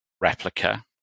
Replica